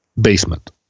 basement